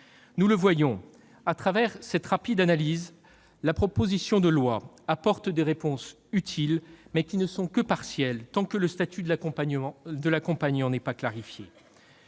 Nous le voyons à travers cette rapide analyse : la proposition de loi apporte des réponses utiles, mais qui ne sont que partielles tant que le statut de l'accompagnant n'est pas clarifié.